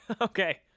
Okay